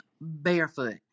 barefoot